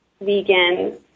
vegan